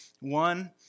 One